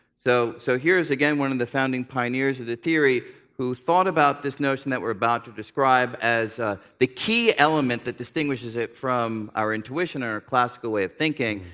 so so here's again one of the founding pioneers of the theory who thought about this notion that we're about to describe as the key element that distinguishes it from our intuition, our classical way of thinking.